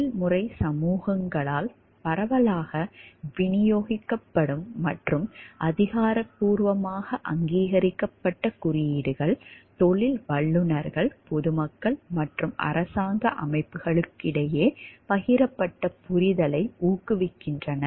தொழில்முறை சமூகங்களால் பரவலாக விநியோகிக்கப்படும் மற்றும் அதிகாரப்பூர்வமாக அங்கீகரிக்கப்பட்ட குறியீடுகள் தொழில் வல்லுநர்கள் பொதுமக்கள் மற்றும் அரசாங்க அமைப்புகளிடையே பகிரப்பட்ட புரிதலை ஊக்குவிக்கின்றன